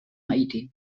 haiti